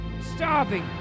starving